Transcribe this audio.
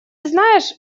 знаешь